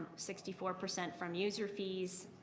sixty four percent from user fees,